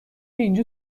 اینجا